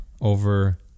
over